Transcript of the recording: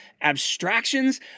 abstractions